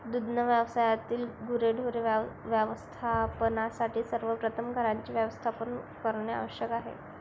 दुग्ध व्यवसायातील गुरेढोरे व्यवस्थापनासाठी सर्वप्रथम घरांचे व्यवस्थापन करणे आवश्यक आहे